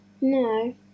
No